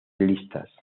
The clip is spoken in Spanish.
listas